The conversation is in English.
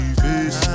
face